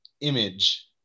image